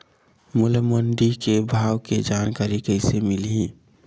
मोला मंडी के भाव के जानकारी कइसे मिलही?